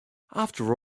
after